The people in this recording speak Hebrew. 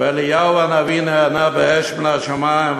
ואליהו הנביא נענה באש מן השמים,